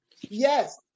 yes